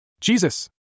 Jesus